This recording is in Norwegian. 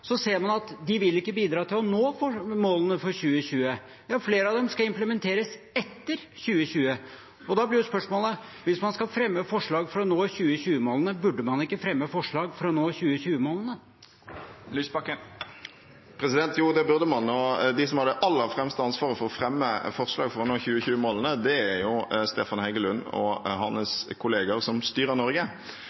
Så hvorfor avlyste SV 2020-målene i 2017? I forlengelsen av det la de i vår fram 42 forslag for å nå målene for 2020. Men hvis man ser nærmere på de forslagene, ser man at de ikke vil bidra til å nå målene for 2020. Flere av dem skal implementeres etter 2020. Da blir jo spørsmålet: Hvis man skal fremme forslag for å nå 2020-målene, burde man ikke fremme forslag for å nå 2020-målene? Jo, det burde man. Og de som har det aller fremste ansvaret for å